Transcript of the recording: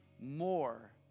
more